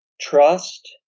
trust